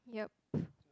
yup